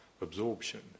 absorption